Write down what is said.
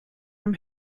from